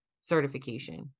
certification